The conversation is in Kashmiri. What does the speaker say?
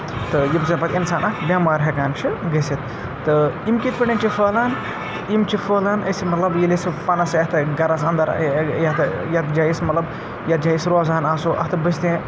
تہٕ ییٚمہِ سۭتۍ پَتہٕ اِنسان اَکھ بیمار ہٮ۪کان چھِ گٔژھِتھ تہٕ یِم کِتھ پٲٹھۍ چھِ پھٲلان یِم چھِ پھٲلان أسۍ مطلب ییٚلہِ أسۍ پَنَس یَتھ گَرَس اَندَر یَتھ یَتھ جایہِ أسۍ مطلب یَتھ جایہِ أسۍ روزان آسو اَتھ بٔستہِ